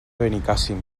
benicàssim